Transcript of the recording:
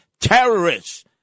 terrorists